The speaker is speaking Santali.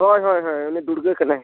ᱦᱳᱭ ᱦᱳᱭ ᱦᱳᱭ ᱩᱱᱤ ᱫᱩᱨᱜᱟᱹ ᱠᱟᱱᱟᱭ